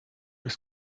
ist